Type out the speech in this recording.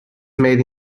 made